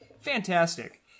Fantastic